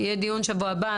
יהיה דיון בשבוע הבא.